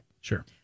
Sure